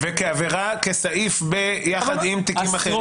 וכעבירה כסעיף ביחד עם תיקים אחרים?